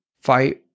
fight